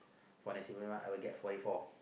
for nasi-lemak I will get forty four